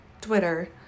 Twitter